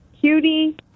Cutie